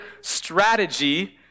strategy